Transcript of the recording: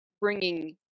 bringing